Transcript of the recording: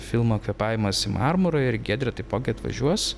filmą kvėpavimas į marmurą ir giedrė taipogi atvažiuos